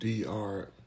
DR